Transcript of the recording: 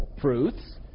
fruits